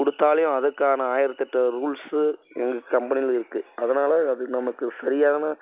கொடுத்தாலே அதுக்கான ஆயிரத்தெட்டு ரூல்சு எங்கள் கம்பெனியில் இருக்குது அதனால அது நமக்கு சரியான